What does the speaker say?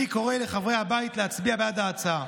אני קורא לחברי הבית להצביע בעד ההצעה.